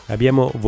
Abbiamo